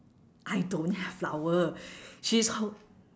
I don't have flower she's hold